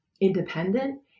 independent